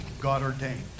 God-ordained